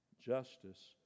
justice